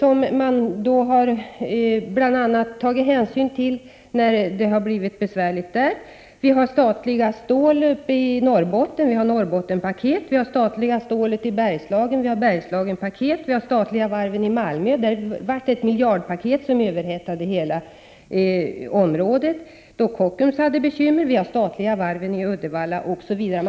Detta har staten tagit hänsyn till då arbetsmarknadsläget blivit besvärligt där. Vi har statliga stålföretag uppe i Norrbotten och Norrbottenspaket. Vi har statliga stålföretag i Bergslagen och Bergslagspaket. Vi har statliga varv i Malmö. Då framlades ett miljardpaket som överhettade hela området när Kockums hade bekymmer. Vi har de statliga varven i Uddevalla OSV.